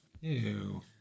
Ew